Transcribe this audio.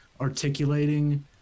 articulating